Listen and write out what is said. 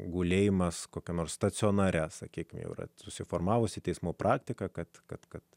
gulėjimas kokiam nors stacionare sakykime jau yra susiformavusi teismų praktika kad kad kad